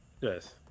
Yes